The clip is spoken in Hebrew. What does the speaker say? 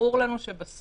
ברור לנו שבסוף